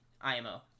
IMO